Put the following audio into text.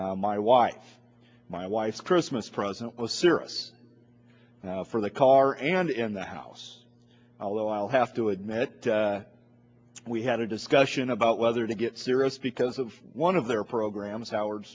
my wife my wife's christmas present was serious for the car and in the house although i'll have to admit we had a discussion about whether to get serious because of one of their programs howard